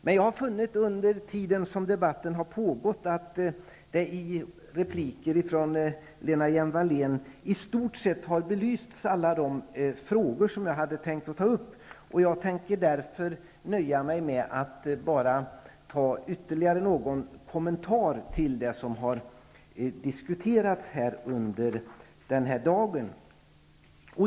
Men under tiden som debatten har pågått har jag funnit att Lena Hjelm-Wallén i sina repliker i stort sett har belyst alla de frågor som jag hade tänkt ta upp, och jag skall därför nöja mig med att göra ytterligare någon kommentar till det som har diskuterats under dagen.